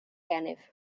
gennyf